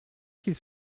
qu’ils